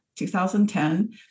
2010